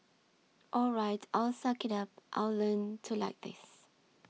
all right I'll suck it up I'll learn to like this